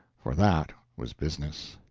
for that was business.